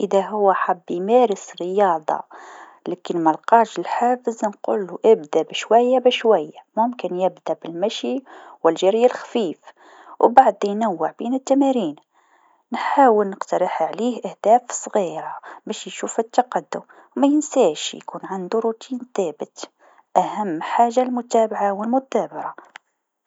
إذا هو حب يمارس رياضه لكن ملقاش الحافز أنقولو أبدا بالشويا بالشويا، ممكن يبدا بالمشي و الجري الخفيف و بعد ينوع بين التمارين، نحاول نقترح عليه أهداف صغيرا باش يشوف التقدم، مينساش يكون عندو روتين ثابث، أهم حاجه المتابعه و المثابره.